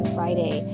Friday